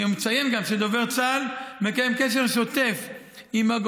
נכון, את זה אנחנו אומרים.